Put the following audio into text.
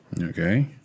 Okay